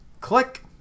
click